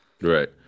Right